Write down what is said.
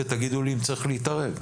ותגידו לי אם צריך להתערב.